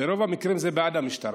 ברוב המקרים זה בעד המשטרה,